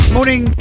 Morning